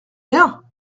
bien